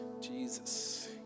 Jesus